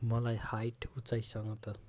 मलाई हाइट उचाँइसँग त